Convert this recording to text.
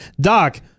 Doc